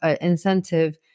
incentive